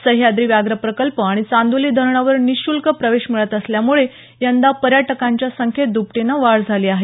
सह्याद्री व्याघ्र प्रकल्प आणि चांदोली धरणावर निशुल्क प्रवेश मिळत असल्यामुळे यंदा पर्यटकांच्या संख्येत द्पटीनं वाढ झाली आहे